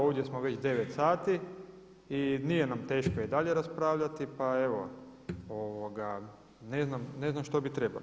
Ovdje smo već 9 sati i nije nam teško i dalje raspravljati, pa evo, ne znam, ne znam što bi trebali.